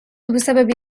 بسبب